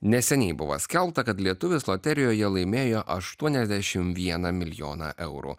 neseniai buvo skelbta kad lietuvis loterijoje laimėjo aštuoniasdešimt vieną milijoną eurų